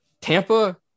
Tampa –